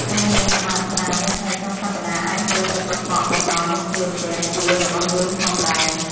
ការលាងសម្អាតផ្សារនៅថ្ងៃចុងសប្តាហ៍អាចហៀរទឹកកខ្វក់មកដល់មុខទ្វារផ្ទះជួលរបស់យើងផងដែរ។